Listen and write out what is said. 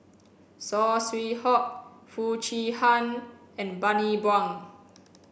Saw Swee Hock Foo Chee Han and Bani Buang